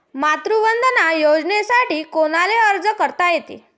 मातृवंदना योजनेसाठी कोनाले अर्ज करता येते?